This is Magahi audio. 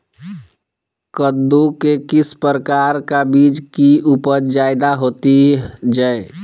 कददु के किस प्रकार का बीज की उपज जायदा होती जय?